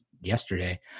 yesterday